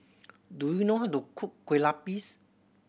do you know how to cook kue lupis